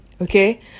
okay